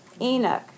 Enoch